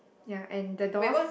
ya and the doors